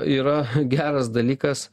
yra geras dalykas